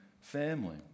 family